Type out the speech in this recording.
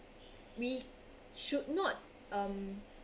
we should not um